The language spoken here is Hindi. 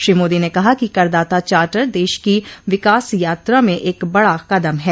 श्री मोदी ने कहा कि करदाता चार्टर देश की विकास यात्रा में एक बडा कदम है